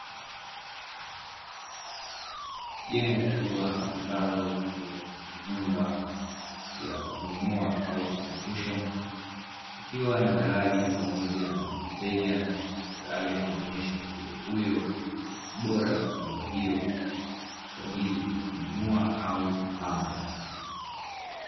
Jengo kubwa ambalo ni nyumba ya kununua au kupangisha. Ikiwa na dalali pamoja na mteja, dalali akimwonyesha mteja huyo ubora wa nyumba hiyo kwa ajili ya kununua au kupanga.